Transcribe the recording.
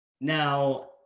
Now